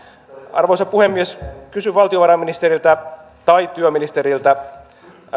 arvoisa puhemies kysyn valtiovarainministeriltä tai työministeriltä